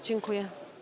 Dziękuję.